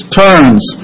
turns